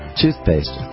toothpaste